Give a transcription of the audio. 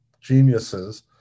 geniuses